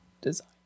design